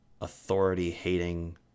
authority-hating